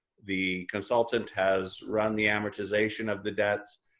the consultant has run the amortization of the debts.